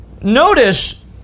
notice